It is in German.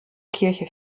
kirche